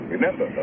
Remember